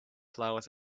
flowers